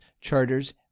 charters